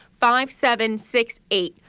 five, seven, six, eight,